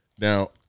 Now